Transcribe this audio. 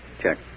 Check